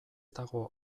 dago